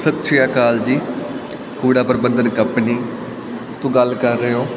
ਸਤਿ ਸ਼੍ਰੀ ਅਕਾਲ ਜੀ ਕੂੜਾ ਪ੍ਰਬੰਧਨ ਕੰਪਨੀ ਤੋਂ ਗੱਲ ਕਰ ਰਹੇ ਹੋ